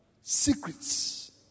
secrets